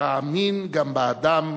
אאמין גם באדם,